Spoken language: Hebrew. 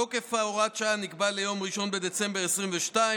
תוקף הוראת השעה נקבע עד ליום 1 בדצמבר 2022,